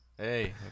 Hey